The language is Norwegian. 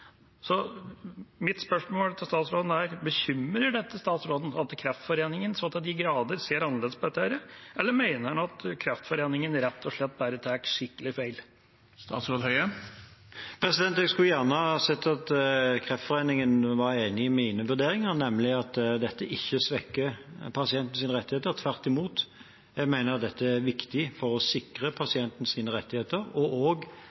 så til de grader ser annerledes på dette, eller mener han at Kreftforeningen rett og slett tar skikkelig feil? Jeg skulle gjerne ha sett at Kreftforeningen var enig i mine vurderinger, nemlig at dette ikke svekker pasientenes rettigheter, tvert imot. Jeg mener at dette er viktig for å sikre pasientenes rettigheter og